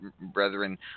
Brethren